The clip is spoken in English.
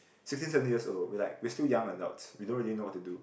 sixteen seventeen years old we're like we're still young adults we don't really know what to do